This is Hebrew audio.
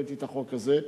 הבאתי את החוק הזה.